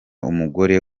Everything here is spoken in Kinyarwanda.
umugore